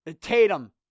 Tatum